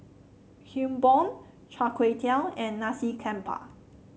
Kuih Bom Char Kway Teow and Nasi Campur